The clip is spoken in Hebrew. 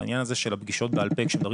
בעניין הזה של הפגישות בעל פה כשמדברים